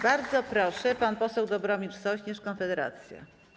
Bardzo proszę, pan poseł Dobromir Sośnierz, Konfederacja.